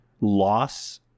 loss